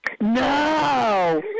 No